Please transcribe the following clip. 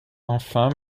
enfin